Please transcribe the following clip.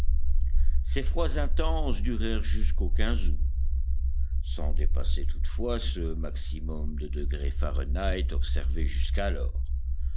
ces froids intenses durèrent jusqu'au août sans dépasser toutefois ce maximum de degrés fahrenheit observé jusqu'alors